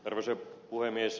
arvoisa puhemies